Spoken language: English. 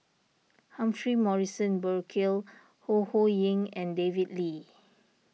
Humphrey Morrison Burkill Ho Ho Ying and David Lee